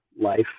life